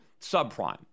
subprime